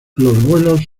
vuelos